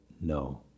No